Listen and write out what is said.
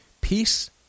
Peace